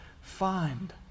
find